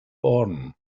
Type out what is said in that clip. born